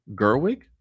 Gerwig